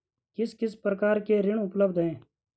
किस किस प्रकार के ऋण उपलब्ध हैं?